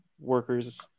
workers